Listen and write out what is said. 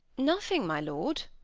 nothing, my lord.